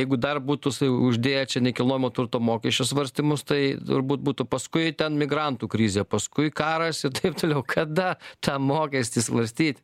jeigu dar būtų uždėję čia nekilnojamo turto mokesčio svarstymus tai turbūt būtų paskui ten migrantų krizė paskui karas ir taip toliau kada tą mokestį svarstyt